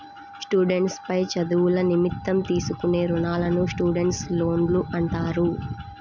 students పై చదువుల నిమిత్తం తీసుకునే రుణాలను స్టూడెంట్స్ లోన్లు అంటారు